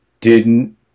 didn't-